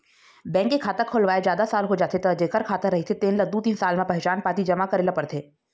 bank के खाता खोलवाए जादा साल हो जाथे त जेखर खाता रहिथे तेन ल दू तीन साल म पहचान पाती जमा करे ल परथे